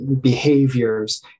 behaviors